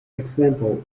example